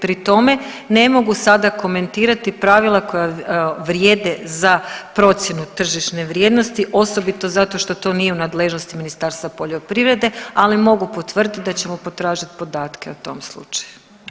Pri tome ne mogu sada komentirati pravila koja vrijede za procjenu tržišne vrijednosti osobito zato što to nije u nadležnosti Ministarstva poljoprivrede, ali mogu potvrditi da ćemo potražiti podatke o tom slučaju.